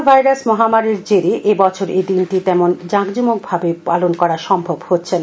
corona virus মহামারীর জেরে এবছর এই দিনটি তেমন আঁকজমকভাবে পালন করা সম্ভব হচ্ছে না